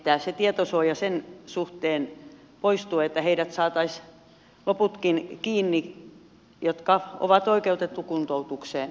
se tietosuoja sen suhteen poistuu että saataisiin kiinni ne loputkin jotka ovat oikeutettuja kuntoutukseen